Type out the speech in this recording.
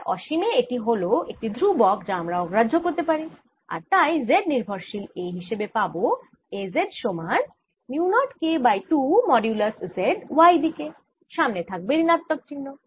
আবার অসীমে এটি হল একটি ধ্রুবক যা আমরা অগ্রাহ্য করতে পারি আর তাই Z নির্ভরশীল A হিসেবে পাবো A z সমান mu naught K by 2 modulus Z y দিকে সামনে থাকবে ঋণাত্মক চিহ্ন